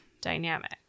dynamic